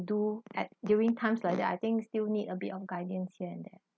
do at during times like that I think still need a bit of guidance here and there